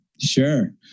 Sure